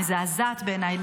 מזעזעת בעיניי.